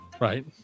Right